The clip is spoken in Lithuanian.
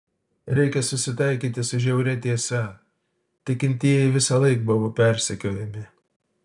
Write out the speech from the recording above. reikia susitaikyti su žiauria tiesa tikintieji visąlaik buvo persekiojami